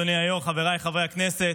אדוני היו"ר, חבריי חברי הכנסת,